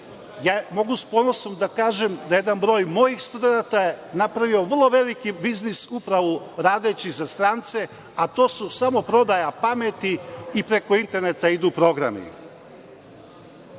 Mogu sa ponosom da kažem da je jedan broj mojih studenata napravio vrlo veliki biznis upravo radeći za strance, a to su samo prodaja pameti i preko interneta idu programi. Da